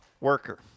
worker